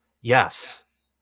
Yes